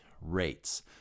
rates